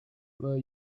were